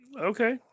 Okay